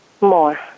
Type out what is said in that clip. More